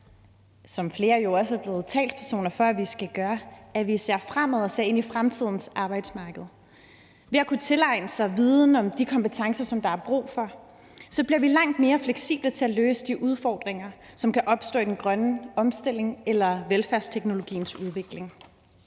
jo også er blevet talspersoner for at vi skal gøre – og ser ind i fremtidens arbejdsmarked. Ved at man kan tilegne sig viden om de kompetencer, som der er brug for, bliver vi langt mere fleksible til at løse de udfordringer, som kan opstå med den grønne omstilling eller med velfærdsteknologiens udvikling.